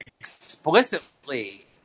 explicitly